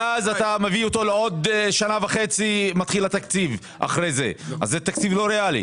ואז מביאים אותו לעוד שנה וחצי מתחילת התקציב אז התקציב לא ריאלי.